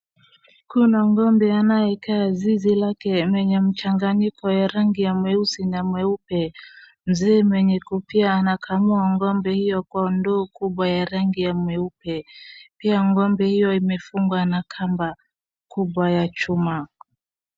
Kuna ng'ombe anayekaa zizi lake mwenye mchanganyiko ya rangi ya mweusi na mweupe. Mzee mwenye kofia anakamua ng'ombe hio kwa ndoo kubwa ya rangi ya mweupe. Pia ng'ombe hio imefungwa na kamba kubwa ya chuma.